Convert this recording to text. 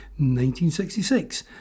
1966